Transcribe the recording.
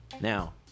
Now